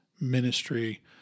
ministry